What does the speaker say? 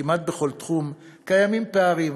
כמעט בכל תחום קיימים פערים,